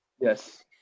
Yes